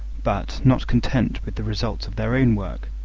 but, not content with the results of their own work,